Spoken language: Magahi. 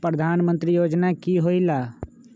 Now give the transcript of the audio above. प्रधान मंत्री योजना कि होईला?